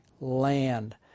land